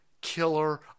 killer